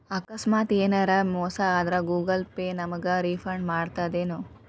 ಆಕಸ್ಮಾತ ಯೆನರ ಮೋಸ ಆದ್ರ ಗೂಗಲ ಪೇ ನಮಗ ರಿಫಂಡ್ ಮಾಡ್ತದೇನು?